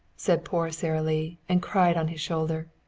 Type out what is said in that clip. said poor sara lee, and cried on his shoulder.